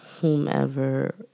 whomever